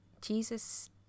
Jesus